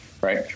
right